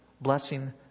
blessing